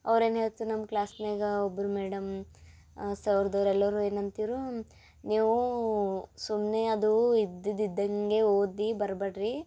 ಅವ್ರೇನು ಹೇಳ್ತ್ರ್ ನಮ್ಮ ಕ್ಲಾಸ್ನ್ಯಾಗ ಒಬ್ಬರು ಮೇಡಮ್ ಸರ್ದೋರು ಎಲ್ಲರೂ ಏನಂತಿದ್ರು ನೀವು ಸುಮ್ಮನೆ ಅದು ಇದ್ದಿದ್ದು ಇದ್ದಂಗೆ ಓದಿ ಬರ್ಬೇಡಿ ರೀ